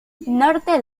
norte